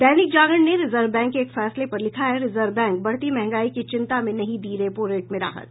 दैनिक जागरण ने Reserve Bank के एक फैसले पर लिखा है रिजर्व बैंक बढ़ती महंगाई की चिंता में नहीं दी रेपो रेट में राहत